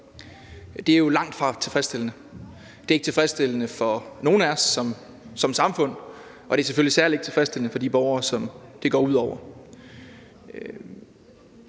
Det er jo langtfra tilfredsstillende. Det er ikke tilfredsstillende for nogen af os som samfund, og det er selvfølgelig særlig ikke tilfredsstillende for de borgere, som det går ud over.